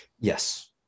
Yes